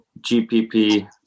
gpp